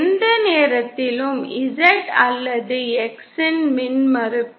எந்த நேரத்திலும் Z அல்லது X இன் மின்மறுப்பு